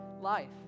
life